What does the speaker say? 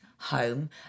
home